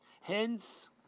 Hence